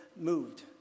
moved